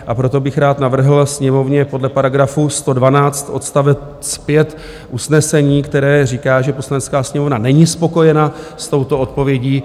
A proto bych rád navrhl Sněmovně podle § 112 odst. 5 usnesení, které říká, že Poslanecká sněmovna není spokojena s touto odpovědí.